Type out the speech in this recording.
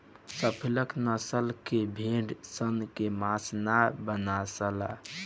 Suffolk नसल के भेड़ सन के मांस ना बासाला